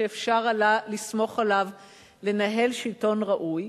שאפשר לסמוך עליו לנהל שלטון ראוי.